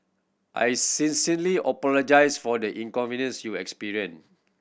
I sincerely apologise for the inconvenience you experienced